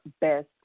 best